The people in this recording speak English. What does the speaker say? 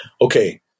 okay